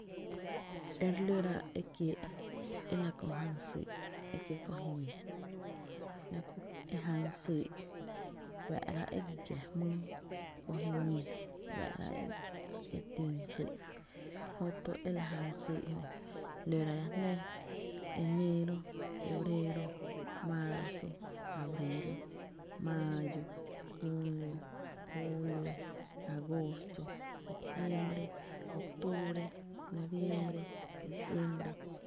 E re lóra ekiee' ga la köö jan syy' e kiee' köö jiñi, la ku e jan syy' fáá'ra' e gi giá jmii, kö jiñi juáá'ra' e gia tún syy' jö tu e la jan syy' jö, lóráá' la jnaa: eneero, febreero, maarzo, abril, maayo, juunio, juulio, juunio, agoosto, septiembre, octuubre, noviembre, diciembre.